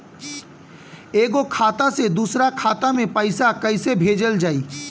एगो खाता से दूसरा खाता मे पैसा कइसे भेजल जाई?